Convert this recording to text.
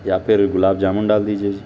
یا پھر گلاب جامن ڈال دیجیے جی